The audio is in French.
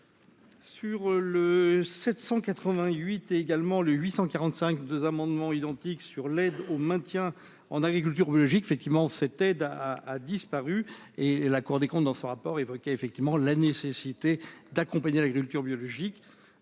Sur le 788 et également le 845 2 amendements identiques sur l'aide au maintien en agriculture biologique, effectivement, cette aide a a disparu et la Cour des comptes dans son rapport évoqué effectivement la nécessité d'accompagner l'agriculture biologique,